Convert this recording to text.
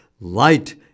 Light